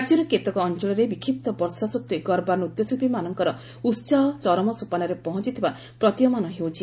ରାଜ୍ୟର କେତେକ ଅଞ୍ଚଳରେ ବିକ୍ଷିପ୍ତ ବର୍ଷା ସତ୍ତ୍ୱେ ଗର୍ବା ନୃତ୍ୟଶିଳ୍ପୀମାନଙ୍କର ଉତ୍ସାହ ଚରମ ସୋପାନରେ ପହଞ୍ଚଥିବା ପ୍ରତୀୟମାନ ହେଉଛି